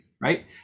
right